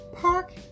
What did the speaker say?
Park